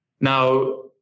Now